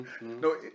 No